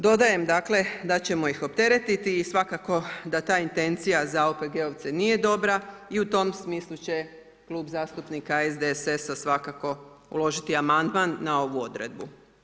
Dodajem, dakle, da ćemo ih opteretiti i svakako da ta intencija za OPG-ovce nije dobra i u tom smislu će Klub zastupnika SDSS-a svakako uložiti amandman na ovu odredbu.